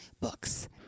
books